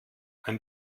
ein